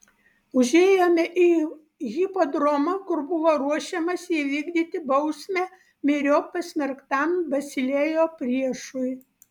užėjome į hipodromą kur buvo ruošiamasi įvykdyti bausmę myriop pasmerktam basilėjo priešui